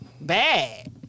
bad